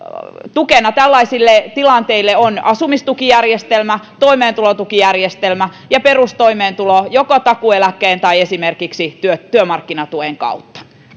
tukena tällaisille tilanteille on asumistukijärjestelmä toimeentulotukijärjestelmä ja perustoimeentulo joko takuueläkkeen tai esimerkiksi työmarkkinatuen kautta